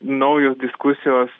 naujos diskusijos